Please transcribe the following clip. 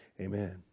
Amen